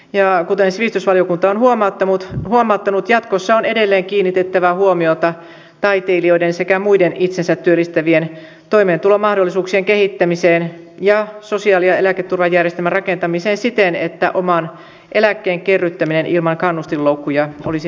ja kuten sivistysvaliokunta on huomauttanut jatkossa on edelleen kiinnitettävä huomiota taiteilijoiden sekä muiden itsensä työllistävien toimeentulon mahdollisuuksien kehittämiseen ja sosiaali ja eläketurvajärjestelmän rakentamiseen siten että oman eläkkeen kerryttäminen ilman kannustinloukkuja olisi mahdollista